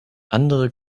andere